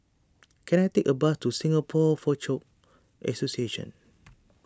can I take a bus to Singapore Foochow Association